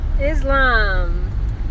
Islam